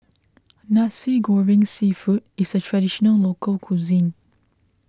Nasi Goreng Seafood is a Traditional Local Cuisine